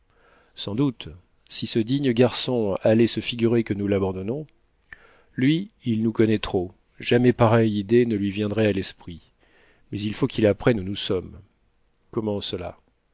sans doute si ce digne garçon allait se figurer que nous l'abandonnons lui il nous connaît trop jamais pareille idée ne lui viendrait l'esprit mais il faut qu'il apprenne où nous sommes comment cela